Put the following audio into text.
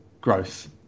growth